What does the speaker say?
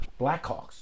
Blackhawks